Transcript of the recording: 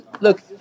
look